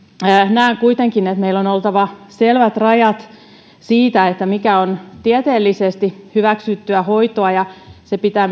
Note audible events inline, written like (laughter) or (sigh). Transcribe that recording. näen kuitenkin että meillä on oltava selvät rajat siinä mikä on tieteellisesti hyväksyttyä hoitoa ja myöskin se pitää (unintelligible)